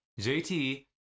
JT